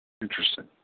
Interesting